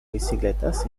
bicicletas